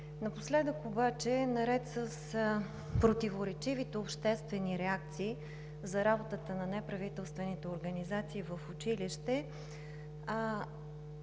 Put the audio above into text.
Напоследък обаче, наред с противоречивите обществени реакции за работата на неправителствените организации в училище,